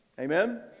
Amen